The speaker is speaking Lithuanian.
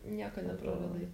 nieko nepraradai